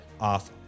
off